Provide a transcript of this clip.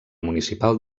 municipal